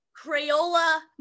Crayola